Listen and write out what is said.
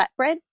flatbread